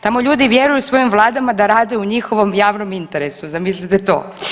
Tamo ljudi vjeruju svojim vladama da rade u njihovom javnom interesu, zamislite to.